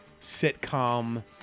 sitcom